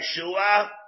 Yeshua